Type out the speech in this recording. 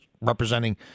representing